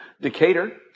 Decatur